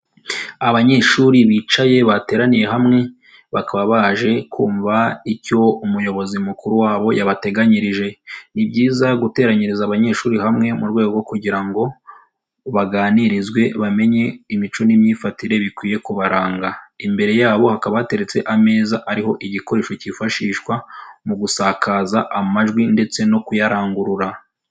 Abanyeshuri bicaye bateraniye hamwe bakaba baje kumva icyo umuyobozi mukuru wabo yabateganyirije, ni byiza guteranyiriza abanyeshuri hamwe mu rwego rwo kugira ngo baganirizwe bamenye imico n'imyifatire bikwiye kubaranga, imbere yabo hakaba hateretse ameza ariho igikoresho kifashishwa mu gusakaza amajwi ndetse no kuyarangurura.